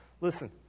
listen